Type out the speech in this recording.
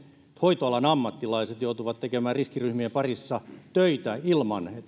hoitoalan ammattilaiset joutuvat tekemään riskiryhmien parissa töitä ilman että heillä